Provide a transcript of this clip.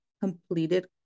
completed